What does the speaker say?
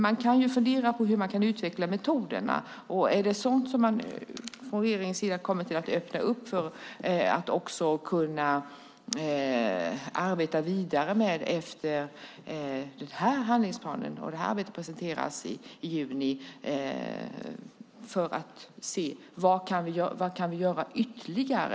Man kan fundera på hur man kan utveckla metoderna, om det är sådant regeringen ska öppna för att arbeta vidare med efter den här handlingsplanen och efter att arbetet presenteras i juni för att se vad som kan göras ytterligare.